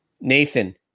Nathan